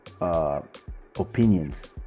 opinions